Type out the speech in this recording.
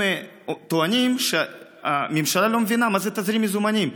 הם טוענים שהממשלה לא מבינה מה זה תזרים מזומנים.